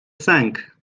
sęk